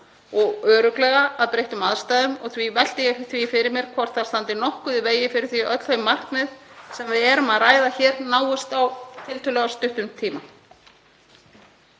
og örugglega að breyttum aðstæðum og því velti ég því fyrir mér hvort það standi nokkuð í vegi fyrir því að öll þau markmið sem við erum að ræða hér náist á tiltölulega stuttum tíma.